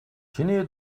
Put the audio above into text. чиний